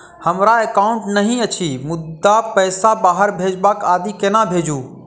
हमरा एकाउन्ट नहि अछि मुदा पैसा बाहर भेजबाक आदि केना भेजू?